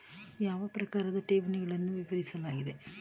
ಯಾವ ಪ್ರಕಾರದ ಠೇವಣಿಗಳನ್ನು ವಿವರಿಸಲಾಗಿದೆ?